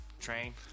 train